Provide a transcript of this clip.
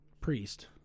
priest